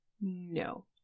No